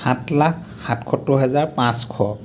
সাত লাখ সাতসত্তৰ হেজাৰ পাঁচশ